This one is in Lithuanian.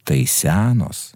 tai senos